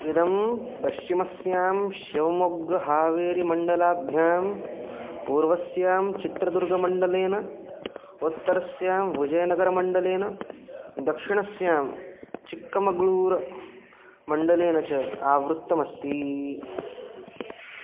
इदं पश्चिमस्यां शिवमोग्गहावेरीमण्डलाभ्यां पूर्वस्यां चित्रदुर्गमण्डलेन उत्तरस्यां विजयनगरमण्डलेन दक्षिणस्यां चिक्कमगळूरमण्डलेन च आवृत्तमस्ति